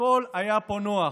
הכול היה פה נוח.